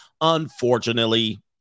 Unfortunately